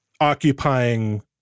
occupying